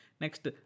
Next